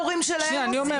מה ההורים שלהם עושים?